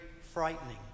frightening